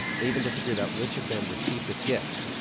they even disagree about which of them received this gift.